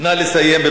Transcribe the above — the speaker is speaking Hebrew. נא לסיים.